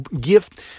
gift